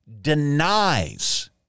denies